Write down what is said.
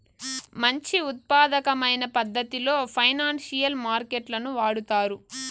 మంచి ఉత్పాదకమైన పద్ధతిలో ఫైనాన్సియల్ మార్కెట్ లను వాడుతారు